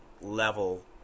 level